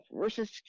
versus